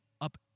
up